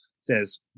says